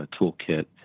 toolkit